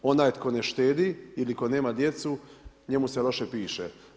Onaj tko ne štedi ili ko nema djecu njemu se loše piše.